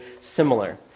similar